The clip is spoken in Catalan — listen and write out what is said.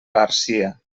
garcia